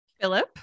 Philip